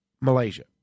Malaysia